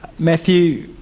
matthew,